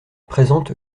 présente